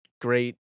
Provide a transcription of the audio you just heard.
great